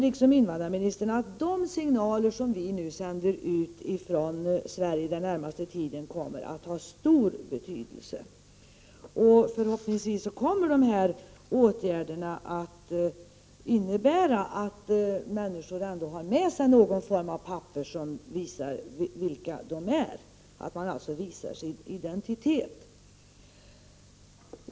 Liksom invandrarministern anser jag att de signaler som vi sänder ut från Sverige den närmaste tiden kommer att ha stor betydelse. Förhoppningsvis kommer det att innebära att människor ändå tar med sig någon form av papper som visar vilka de är, att de alltså kan visa sin identitet.